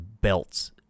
Belts